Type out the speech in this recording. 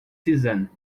season